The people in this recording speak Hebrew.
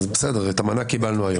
את המנה קיבלנו היום.